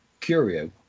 curio